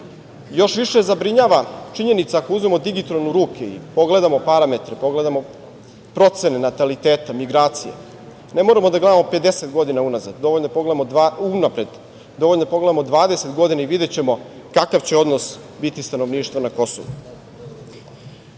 Još više zabrinjava činjenica da ako uzmemo digitron u ruke i pogledamo parametre, pogledamo procene nataliteta, migracije, ne moramo da gledamo 50 godina unapred, dovoljno je da pogledamo 20 godina i videćemo kakav će odnos biti stanovništva na